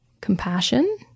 compassion